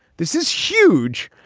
this is huge.